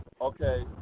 Okay